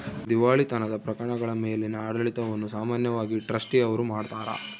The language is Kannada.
ದಿವಾಳಿತನದ ಪ್ರಕರಣಗಳ ಮೇಲಿನ ಆಡಳಿತವನ್ನು ಸಾಮಾನ್ಯವಾಗಿ ಟ್ರಸ್ಟಿ ಅವ್ರು ಮಾಡ್ತಾರ